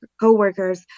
co-workers